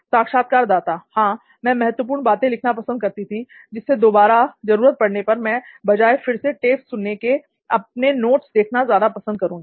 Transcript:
साक्षात्कारदाता हां मैं महत्वपूर्ण बातें लिखना पसंद करती थी जिससे दोबारा जरूरत पड़ने पर मैं बजाय फिर से टेप्स सुनने के अपने नोट्स देखना ज्यादा पसंद करूंगी